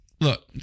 look